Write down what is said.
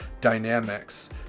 dynamics